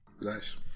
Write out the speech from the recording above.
Nice